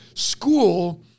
school